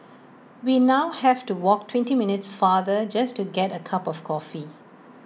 we now have to walk twenty minutes farther just to get A cup of coffee